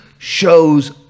shows